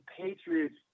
Patriots